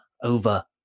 over